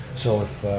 so if